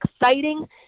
exciting